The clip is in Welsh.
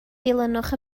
dilynwch